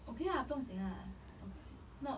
okay lah 不用紧啊 not